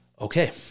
Okay